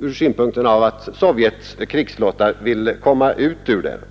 ur synpunkten av att Sovjets krigsflotta vill komma ut ur Östersjön.